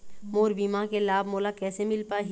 मोर बीमा के लाभ मोला कैसे मिल पाही?